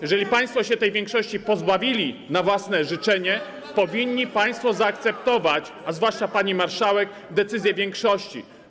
Jeżeli państwo się tej większości pozbawili na własne życzenie, powinni państwo zaakceptować, a zwłaszcza pani marszałek, decyzję większości.